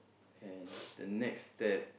and the next step